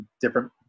different